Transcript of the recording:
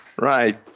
right